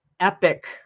epic